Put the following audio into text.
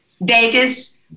Vegas